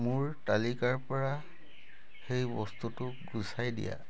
মোৰ তালিকাৰ পৰা সেই বস্তুটো গুচাই দিয়া